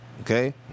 Okay